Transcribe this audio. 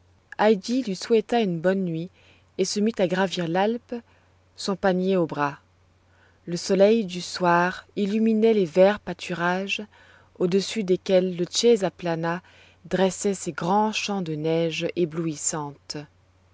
lui souhaita une bonne nuit et se mit à gravir l'alpe son panier au bras le soleil du soir illuminait les verts pâturages au-dessus desquels le csaplana dressait ses grands champs de neige